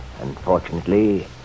Unfortunately